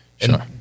Sure